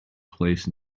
place